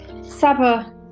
Saba